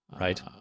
Right